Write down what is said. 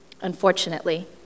Unfortunately